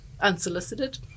Unsolicited